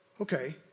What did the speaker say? Okay